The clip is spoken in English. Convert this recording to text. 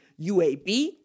UAB